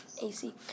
AC